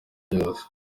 byose